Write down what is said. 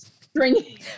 Stringy